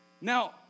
Now